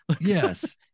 Yes